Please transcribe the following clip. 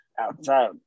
outside